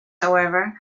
however